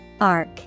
Arc